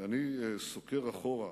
כשאני סוקר אחורה,